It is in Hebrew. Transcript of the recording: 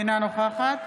אינה נוכחת